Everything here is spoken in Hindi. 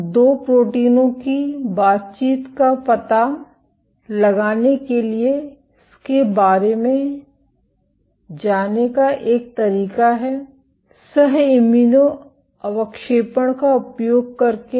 तो 2 प्रोटीनों की बातचीत का पता लगाने के लिए इसके बारे में जाने का एक तरीका है सह इम्यूनो अवक्षेपण का उपयोग करके